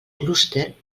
clúster